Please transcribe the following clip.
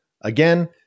again